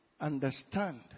Understand